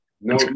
no